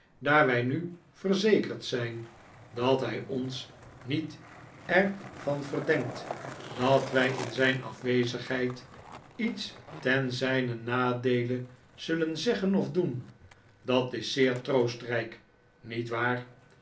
wij nu verzekerd zijn dat hij ons niet er van verdenkt dat wij in zijn afwezigheid iets ten zijnen nadeele zullen zeggen of doen dat is zeer troostrijk niet waar